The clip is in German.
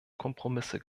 kompromisse